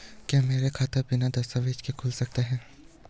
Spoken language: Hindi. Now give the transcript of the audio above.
क्या मेरा खाता बिना दस्तावेज़ों के खुल सकता है?